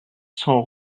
cents